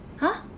!huh!